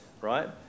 right